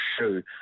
shoe